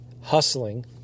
hustling